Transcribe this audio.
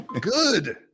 good